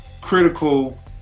critical